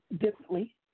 differently